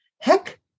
heck